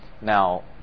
Now